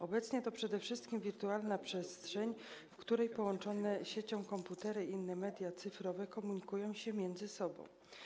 Obecnie to przede wszystkim wirtualna przestrzeń, w której połączone siecią komputery i inne media cyfrowe komunikują się między sobą.